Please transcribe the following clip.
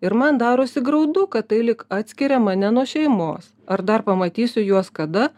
ir man darosi graudu kad tai lyg atskiria mane nuo šeimos ar dar pamatysiu juos kada